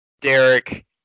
Derek